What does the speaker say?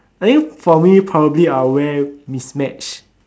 I think probably probably I'll wear mismatched